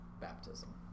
baptism